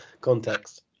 context